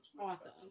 awesome